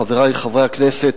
חברי חברי הכנסת,